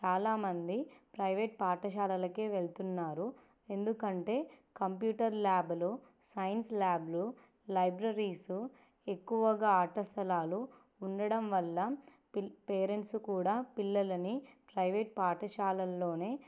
చాలామంది ప్రైవేట్ పాఠశాలలకు వెళ్తున్నారు ఎందుకంటే కంప్యూటర్ ల్యాబులు సైన్స్ ల్యాబులు లైబ్రరీసు ఎక్కువగా ఆటస్థలాలు ఉండడం వల్ల పి పేరెంట్స్ కూడా పిల్లలని ప్రైవేట్ పాఠశాలల్లో